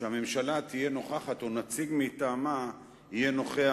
שהממשלה תהיה נוכחת, או נציג מטעמה יהיה נוכח